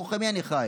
בתוך עמי אני חי.